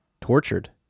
tortured